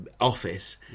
office